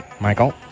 Michael